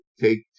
take